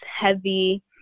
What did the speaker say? heavy